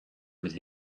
could